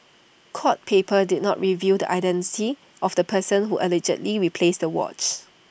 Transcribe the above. court papers did not reveal the identity of the person who allegedly replaced the watch